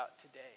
today